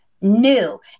new